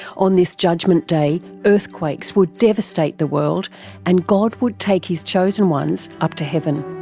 on this judgement day earthquakes would devastate the world and god would take his chosen ones up to heaven.